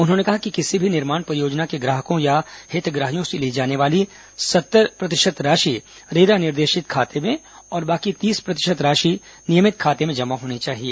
उन्होंने कहा कि किसी भी निर्माण परियोजना के ग्राहकों या हितग्राहियों से ली जानी वाली सत्तर प्रतिशत राशि रेरा निर्देशित खाते में और बाकी तीस प्रतिशत राशि नियमित खाते में जमा होनी चाहिए